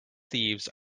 thieves